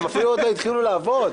הם אפילו עוד לא התחילו לעבוד.